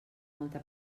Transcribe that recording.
molta